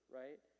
right